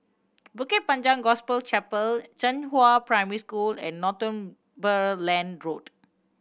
Bukit Panjang Gospel Chapel Zhenghua Primary School and Northumberland Road